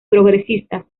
progresistas